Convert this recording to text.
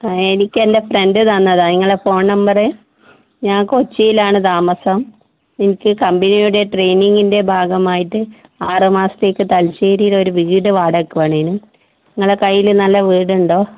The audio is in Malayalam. എനിക്കെൻ്റെ ഫ്രണ്ട് തന്നതാണ് നിങ്ങളുടെ ഫോൺ നമ്പറ് ഞാൻ കൊച്ചിയിലാണ് താമസം എനിക്ക് കമ്പനിയുടെ ട്രെയിനിങ്ങിൻ്റെ ഭാഗമായിട്ട് ആറ് മാസത്തേക്ക് തലശ്ശേരീയിലൊര് വീട് വാടകയ്ക്ക് വേണമായിരുന്നു നിങ്ങളുടെ കൈയിൽ നല്ല വീടുണ്ടോ